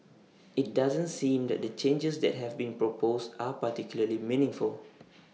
IT doesn't seem that the changes that have been proposed are particularly meaningful